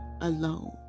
alone